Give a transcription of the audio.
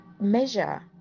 measure